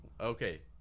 Okay